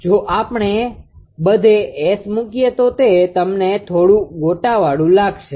જો આપણે બધે S મૂકીએ તો તે તમને થોડુ ગોટાળાવાળું જણાશે